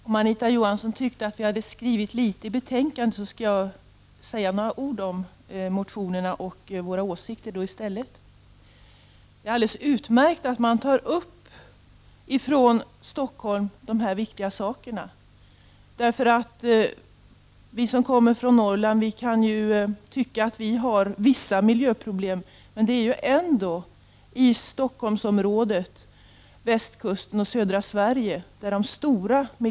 Fru talman! Om Anita Johansson tyckte att vi har skrivit för litet i betänkandet, skall jag i stället säga några ord om motionerna och våra åsikter. Det är utmärkt att man tar upp dessa viktiga aspekter från Stockholm. Vi som kommer från Norrland tycker att vi har vissa miljöproblem, men de stora miljöproblemen finns ju i dag i Stockholmsområdet, på västkusten och i södra Sverige.